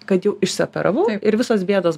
kad jau išsioperavau ir visos bėdos